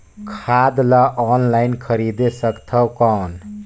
खाद ला ऑनलाइन खरीदे सकथव कौन?